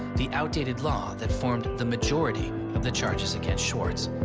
the outdated law that formed the majority of the charges. against swartz.